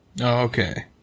okay